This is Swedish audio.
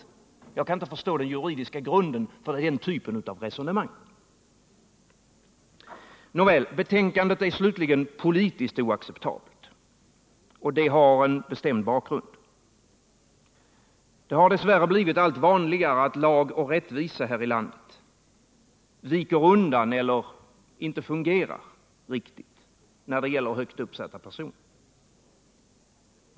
Jag kan inte förstå den juridiska grunden för den typen av resonemang. Nåväl, betänkandet är slutligen politiskt oacceptabelt, och detta har en bestämd bakgrund. Det har dess värre blivit vanligare att lag och rättvisa här i landet viker undan eller inte fungerar riktigt när det gäller högt uppsatta personer.